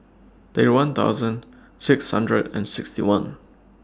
thirty one thousand six hundred and sixty one